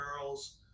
girls